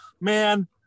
man